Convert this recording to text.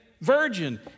virgin